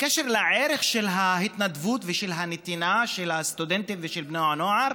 בקשר לערך של ההתנדבות ושל הנתינה של הסטודנטים ושל בני הנוער,